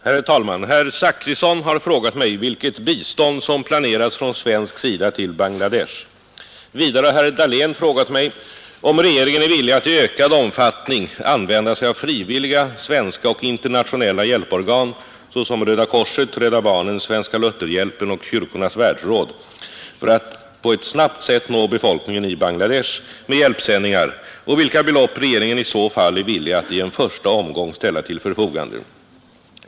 Herr talman! Herr Zachrisson har frågat mig vilket bistånd som planeras från svensk sida till Bangladesh. Vidare har herr Dahlén frågat mig om regeringen är villig att i ökad omfattning använda sig av frivilliga svenska och internationella hjälporgan såsom Röda korset, Rädda barnen, Svenska Lutherhjälpen och Kyrkornas världsråd för att på ett snabbt sätt nå befolkningen i Bangladesh med hjälpsändningar och vilka belopp regeringen i så fall är villig att i en första omgång ställa till förfogande.